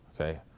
okay